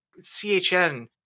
chn